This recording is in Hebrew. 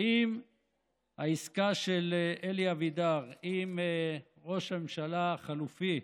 האם העסקה של אלי אבידר עם ראש הממשלה החלופי,